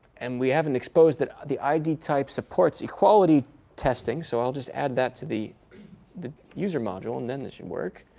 and we haven't exposed that the id type supports equality testing. so i'll just add that to the the user module. and then that should work.